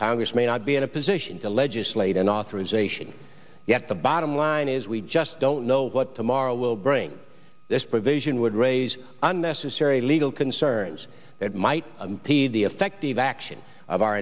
congress may not be in a position to legislate an authorization yet the bottom line is we just don't know what tomorrow will bring this provision would raise unnecessary legal concerns that might be the effective action of our